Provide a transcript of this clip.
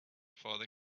father